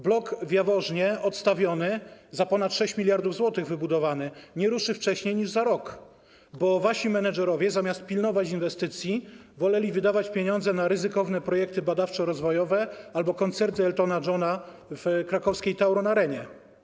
Blok w Jaworznie wybudowany za ponad 6 mld zł - odstawiony, nie ruszy wcześniej niż za rok, bo wasi menedżerowie, zamiast pilnować inwestycji, woleli wydawać pieniądze na ryzykowne projekty badawczo-rozwojowe albo koncerty Eltona John’a w krakowskiej Tauron Arenie.